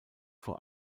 vor